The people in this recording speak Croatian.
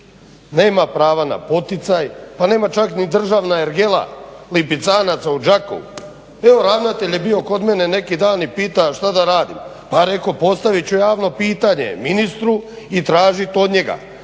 Nema prava na poticaj, pa nema čak ni državna ergela lipicanaca u Đakovu. Evo ravnatelj je bio kod mene neki dan i pita šta da radim, pa reko postavit ću javno pitanje ministru i tražit od njega,